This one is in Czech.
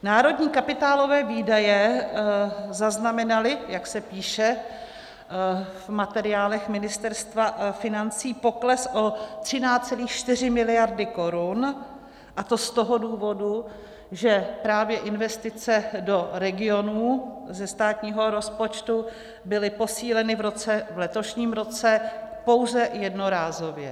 Národní kapitálové výdaje zaznamenaly, jak se píše v materiálech Ministerstva financí, pokles o 13,4 mld. korun, a to z toho důvodu, že právě investice do regionů ze státního rozpočtu byly posíleny v letošním roce pouze jednorázově.